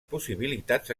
possibilitats